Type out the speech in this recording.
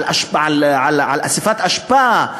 על איסוף אשפה,